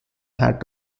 hat